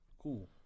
Cool